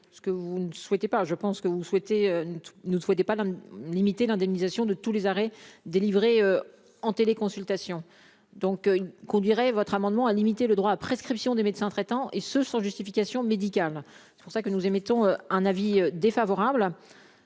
ce que vous ne souhaitez pas, je pense que vous souhaitez nous ne souhaitait pas limiter l'indemnisation de tous les arrêts délivrés en téléconsultation, donc, qu'on dirait votre amendement à limiter le droit à prescription des médecins traitants et ce sans justification médicale, c'est pour ça que nous émettons un avis défavorable